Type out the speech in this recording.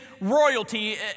royalty